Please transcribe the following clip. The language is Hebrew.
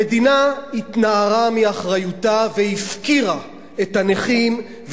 המדינה התנערה מאחריותה והפקירה את הנכים,